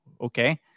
okay